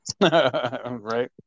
Right